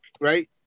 Right